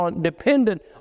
dependent